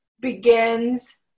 begins